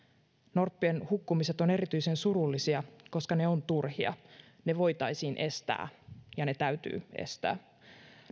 norppien hukkumiset ovat erityisen surullisia koska ne ovat turhia ne voitaisiin estää ja ne täytyy estää